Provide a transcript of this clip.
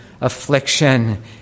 affliction